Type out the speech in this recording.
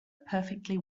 perfectly